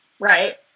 Right